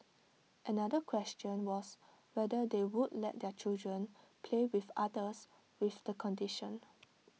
another question was whether they would let their children play with others with the condition